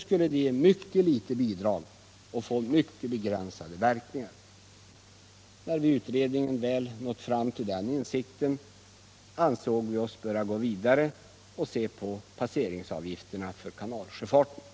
skulle ge ett mycket litet bidrag och få begränsade verkningar. När vi i utredningen väl nått fram till den insikten, ansåg vi oss böra gå vidare och se på passeringsavgifterna för kanalsjöfarten.